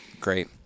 great